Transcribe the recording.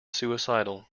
suicidal